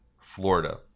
Florida